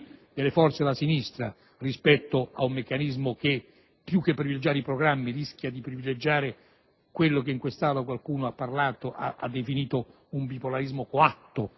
delle forze della sinistra rispetto ad un meccanismo che, più che privilegiare i programmi, rischia di privilegiare quello che in Aula qualcuno ha definito un bipolarismo coatto